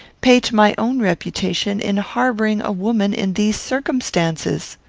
pay to my own reputation in harbouring a woman in these circumstances?